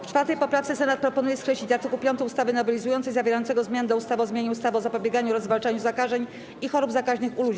W 4. poprawce Senat proponuje skreślić art. 5 ustawy nowelizującej zawierający zmiany do ustawy o zmianie ustawy o zapobieganiu oraz zwalczaniu zakażeń i chorób zakaźnych u ludzi.